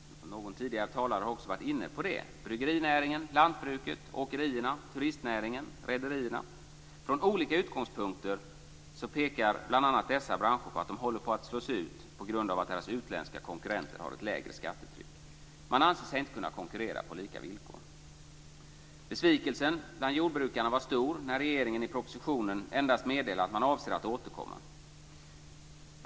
Någon tidigare talare har också varit inne på det. Bryggerinäringen, lantbruket, åkerierna, turistnäringen, rederierna är några av de branscher som från olika utgångspunkter pekar på att de håller på att slås ut på grund av att deras utländska konkurrenter har ett lägre skattetryck. Man anser sig inte kunna konkurrera på lika villkor. Besvikelsen bland jordbrukarna var stor när regeringen i propositionen endast meddelade att man avser att återkomma.